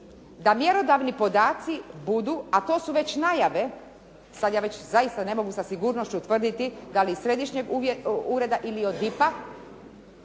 da mjerodavni podaci budu a to su već najave, sad ja već ne mogu sa sigurnošću tvrditi da li iz Središnjeg ureda ili od DIP-a